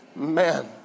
Amen